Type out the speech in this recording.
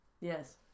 Yes